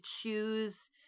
choose